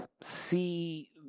see